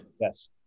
Yes